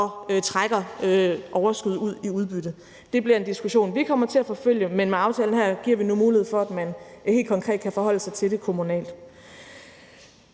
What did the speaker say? og trækker overskud ud i udbytte. Det bliver en diskussion, vi kommer til at forfølge, men med aftalen her giver vi nu mulighed for, at man rimelig konkret kan forholde sig til det kommunalt.